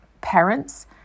parents